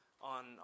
on